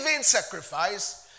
sacrifice